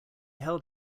held